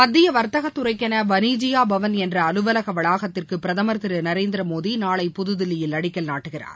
மத்திய வர்த்தக துறைக்கென வளிஜியா பவன் என்ற அலுவலக வளாகத்திற்கு பிரதுர் திரு நரேந்திரமோடி நாளை புதுதில்லியில் அடிக்கல் நாட்டுகிறார்